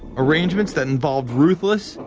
arrangements that involve ruthless,